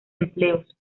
empleos